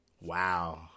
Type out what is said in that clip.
wow